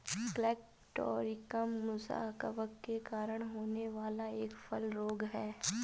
colletotrichum musa कवक के कारण होने वाला एक फल रोग है